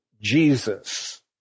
Jesus